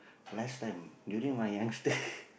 last time during my youngster